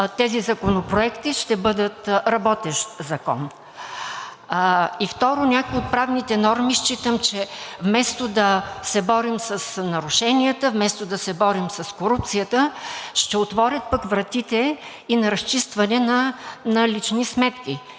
тези законопроекти ще бъдат работещ закон. Второ, някои от правните норми, считам, че вместо да се борим с нарушения, вместо да се борим с корупцията, ще отворят пък вратите и на разчистване на лични сметки,